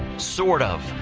sort of.